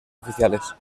oficiales